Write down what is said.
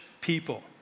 people